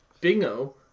Bingo